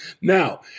Now